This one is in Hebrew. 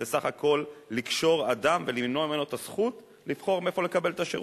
זה סך הכול לקשור אדם ולמנוע ממנו את הזכות לבחור ממי לקבל את השירות.